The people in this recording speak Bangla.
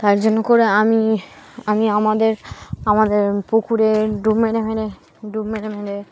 তাই জন্য করে আমি আমি আমাদের আমাদের পুকুরে ডুব মেরে মেরে ডুব মেরে মেরে